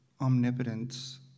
omnipotence